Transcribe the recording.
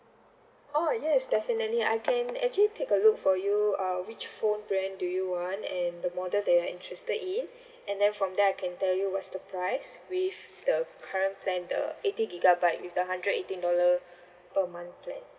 oh yes definitely I can actually take a look for you uh which phone plan do you want and the model that you're interested in and then from there I can tell you what's the price with the current plan the eighty gigabyte with the hundred eighteen dollar per month plan